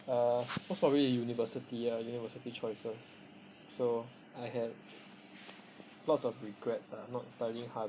uh most probably university ah university choices so I had lots of regrets ah not studying harder